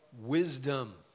wisdom